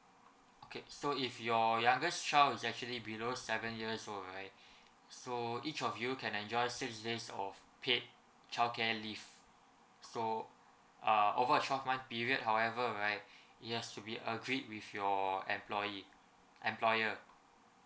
okay so if your youngest child is actually below seven years old right so each of you can enjoy six days of paid childcare leave so uh over a twelve month period however right it has to be agreed with your employee employer